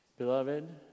Beloved